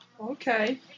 okay